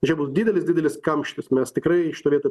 čia bus didelis didelis kamštis mes tikrai šitoj vietoj